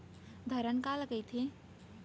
धरण काला कहिथे?